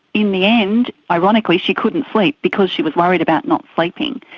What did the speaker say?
in the end, ironically she couldn't sleep because she was worried about not sleeping.